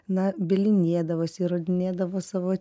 na bylinėdavosi įrodinėdavo savo